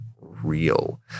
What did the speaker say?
real